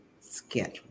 schedule